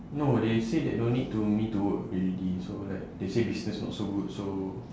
no they say that don't need to me to work already so like they say business not so good so